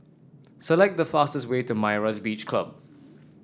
select the fastest way to Myra's Beach Club